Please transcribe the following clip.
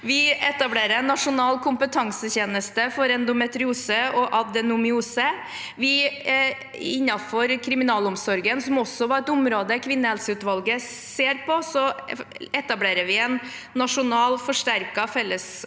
Vi etablerer Nasjonal kompetansetjeneste for endometriose og adenomyose. Innenfor kriminalomsorgen, som også er et område kvinnehelseutvalget ser på, etablerer vi en nasjonal forsterket fellesskapsavdeling